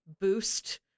boost